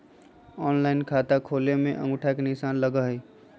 Online खाता खोले में अंगूठा के निशान लगहई?